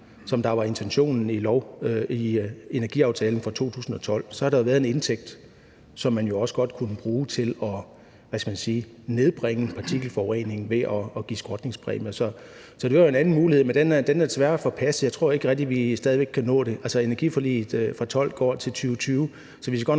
som var intentionen i energiaftalen fra 2012, så havde der jo været en indtægt, som man også godt kunne bruge til at nedbringe partikelforureningen ved at give skrotningspræmier. Det var en anden mulighed, men den er desværre forpasset. Jeg tror ikke rigtig, at vi stadig væk kan nå det. Energiforliget fra 2012 går til 2020, så vi skal godt nok